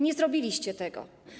Nie zrobiliście tego.